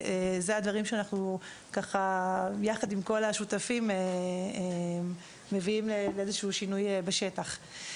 אלה הדברים שיחד עם כל השותפים מביאים לשינוי בשטח.